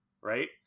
right